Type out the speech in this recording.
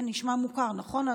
נשמע מוכר, נכון?